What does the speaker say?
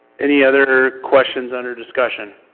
any other questions under discussion?